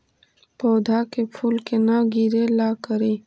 पौधा के फुल के न गिरे ला का करि?